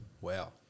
Wow